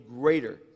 greater